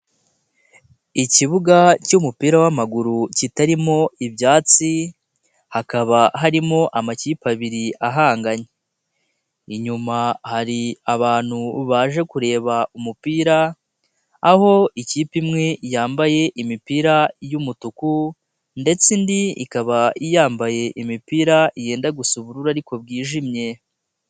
ikibuga cy'umupira w'amaguru kitarimo ibyatsi. Hakaba harimo amakipe abiri ahanganye. Inyuma hari abantu baje kureba umupira. Aho ikipe imwe yambaye imipira y'umutuku ndetse indi ikaba yambaye imipira yenda gusa ubururu ariko bwijimye.